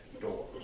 door